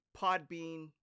Podbean